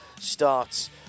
starts